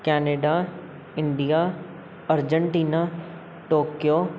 Canada India Argentina Tokyo